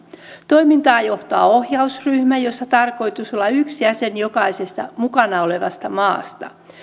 toimintaa johtaa ohjausryhmä jossa on tarkoitus olla yksi jäsen jokaisesta mukana olevasta maasta